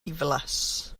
ddiflas